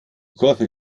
kurve